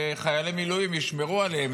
וחיילי מילואים ישמרו עליהם.